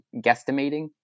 guesstimating